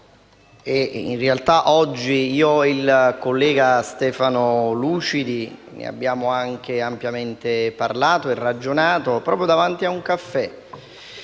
un caffè! Oggi io e il collega Stefano Lucidi ne abbiamo ampiamente parlato e ragionato proprio davanti a un caffè.